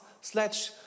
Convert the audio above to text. sledge